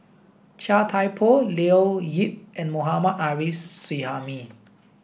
Chia Thye Poh Leo Yip and Mohammad Arif Suhaimi